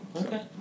Okay